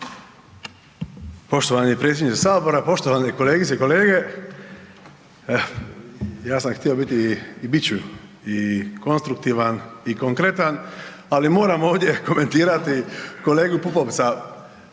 Poštovani predsjedniče sabora, poštovane kolegice i kolege, ja sam htio biti i bit ću i konstruktivan i konkretan, ali moram ovdje komentirati kolegu Pupovca,